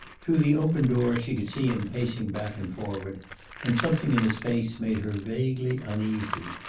through the open door she could see him pacing back and forward and something in his face made her vaguely uneasy.